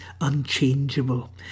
unchangeable